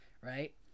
right